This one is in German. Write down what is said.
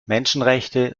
menschenrechte